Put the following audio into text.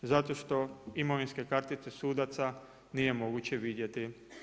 Zato što imovinske kartice sudaca nije moguće vidjeti.